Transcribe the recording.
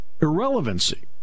irrelevancy